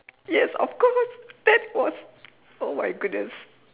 yes of course that was oh my goodness